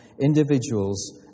individuals